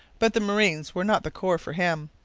but the marines were not the corps for him.